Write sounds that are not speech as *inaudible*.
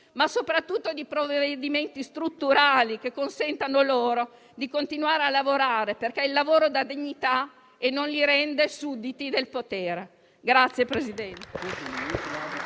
ma soprattutto di provvedimenti strutturali che consentano loro di continuare a lavorare perché il lavoro dà dignità e non li rende sudditi del potere. *applause*